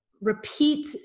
repeat